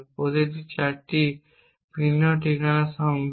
প্রতিটি 8টি ভিন্ন ঠিকানার সংগ্রহ